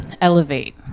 elevate